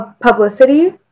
publicity